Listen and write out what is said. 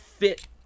Fit